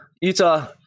Utah